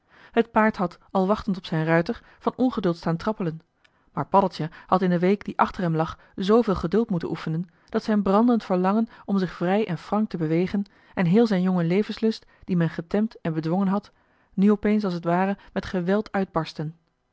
het paard had al wachtend op zijn ruiter van ongeduld staan trappelen maar paddeltje had in de week die achter hem lag zooveel geduld moeten oefenen dat zijn brandend verlangen om zich vrij en frank te bewegen en heel zijn jonge levenslust dien men getemd en bedwongen had nu opeens als t ware met geweld uitbarstten